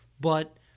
But-